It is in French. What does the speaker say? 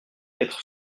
être